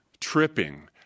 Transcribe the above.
tripping